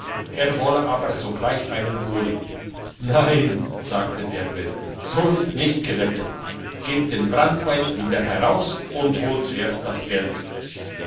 er wolle aber sogleich einen holen nein sagte der wirt so ist's nicht gewettet gebt den branntwein wieder heraus und holt zuerst das geld